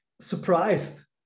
surprised